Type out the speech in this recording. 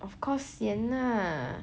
of course sian lah